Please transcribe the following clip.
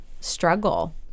struggle